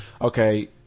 Okay